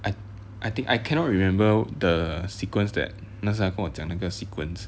I I think I cannot remember the sequence that 他那时跟我讲那个 sequence